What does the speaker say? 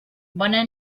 bona